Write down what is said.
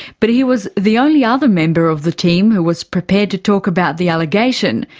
but he was the only other member of the team who was prepared to talk about the allegation,